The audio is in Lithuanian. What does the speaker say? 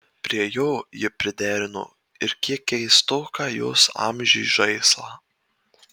prie jo ji priderino ir kiek keistoką jos amžiui žaislą